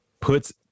puts